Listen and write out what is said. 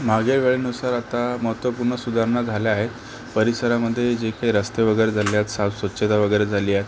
माझ्या वेळेनुसार आता महत्त्वपूर्ण सुधारणा झाल्या आहेत परिसरामध्ये जे काही रस्ते वगैरे झालेले आहेत साफ स्वच्छता वगैरे झाली आहे